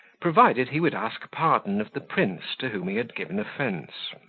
provided he would ask pardon of the prince to whom he had given offence.